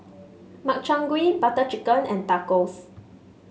Makchang Gui Butter Chicken and Tacos